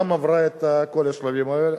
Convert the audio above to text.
גם עברה את כל השלבים האלה,